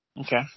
Okay